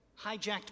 Hijacked